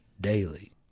daily